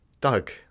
Doug